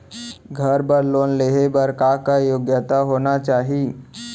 घर बर लोन लेहे बर का का योग्यता होना चाही?